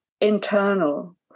internal